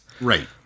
right